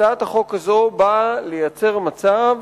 הצעת החוק הזאת באה לייצר מצב